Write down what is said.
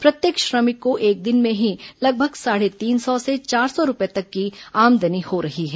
प्रत्येक श्रमिक को एक दिन में ही लगभग साढ़े तीन सौ से चार सौ रूपये तक की आमदनी हो रही है